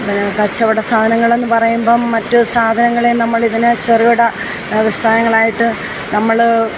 കച്ചവട സാധനകളെന്നു പറയുമ്പം മറ്റു സാധനങ്ങളെ നമ്മൾ ഇതിന് ചെറുകിട വ്യവസായങ്ങളായിട്ടു നമ്മൾ